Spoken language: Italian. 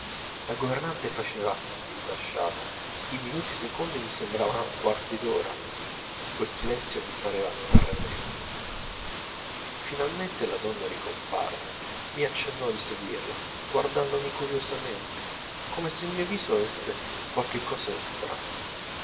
la governante faceva l'imbasciata i minuti secondi mi sembravano quarti d'ora quel silenzio mi pareva tremendo finalmente la donna ricomparve mi accennò di seguirla guardandomi curiosamente come se il mio viso avesse qualche cosa di strano